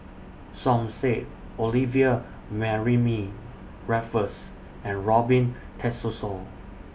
Som Said Olivia Mariamne Raffles and Robin Tessensohn